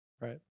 Right